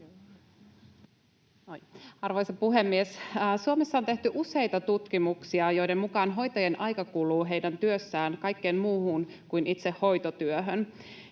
Arvoisa puhemies! Suomessa on tehty useita tutkimuksia, joiden mukaan hoitajien aika kuluu heidän työssään kaikkeen muuhun kuin itse hoitotyöhön.